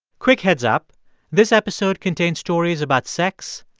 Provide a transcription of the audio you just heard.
quick heads up this episode contains stories about sex,